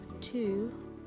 two